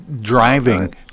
driving